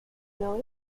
know